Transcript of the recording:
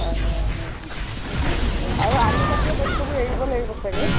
হয় হয় হয় আৰু আলুজাতীয় বস্তুবোৰ এৰিব লাগিব চাগে